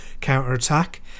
counterattack